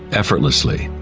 effortlessly.